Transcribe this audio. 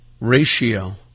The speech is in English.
ratio